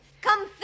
Come